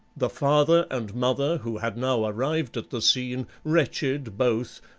the father and mother who had now arrived at the scene, wretched both,